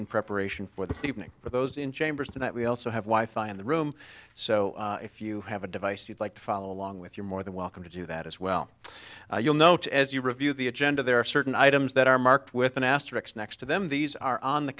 in preparation for the evening for those in chambers and that we also have wi fi in the room so if you have a device you'd like to follow along with you're more than welcome to do that as well you'll note as you review the agenda there are certain items that are marked with an asterix next to them these are on the